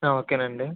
ఓకేనండి